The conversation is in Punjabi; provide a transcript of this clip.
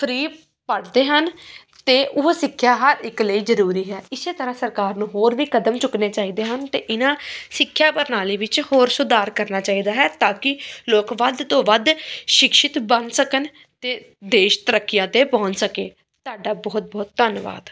ਫ਼ਰੀ ਪੜ੍ਹਦੇ ਹਨ ਅਤੇ ਓਹ ਸਿੱਖਿਆ ਹਰ ਇੱਕ ਲਈ ਜ਼ਰੂਰੀ ਹੈ ਇਸੇ ਤਰ੍ਹਾਂ ਸਰਕਾਰ ਨੂੰ ਹੋਰ ਵੀ ਕਦਮ ਚੁੱਕਣੇ ਚਾਹੀਦੇ ਹਨ ਅਤੇ ਇਨ੍ਹਾਂ ਸਿੱਖਿਆ ਪ੍ਰਣਾਲੀ ਵਿੱਚ ਹੋਰ ਸੁਧਾਰ ਕਰਨਾ ਚਾਹੀਦਾ ਹੈ ਤਾਂ ਕਿ ਲੋਕ ਵੱਧ ਤੋਂ ਵੱਧ ਸ਼ਿਕਸ਼ਿਤ ਬਣ ਸਕਣ ਅਤੇ ਦੇਸ਼ ਤਰੱਕੀਆਂ 'ਤੇ ਪਹੁੰਚ ਸਕੇ ਤੁਹਾਡਾ ਬਹੁਤ ਬਹੁਤ ਧੰਨਵਾਦ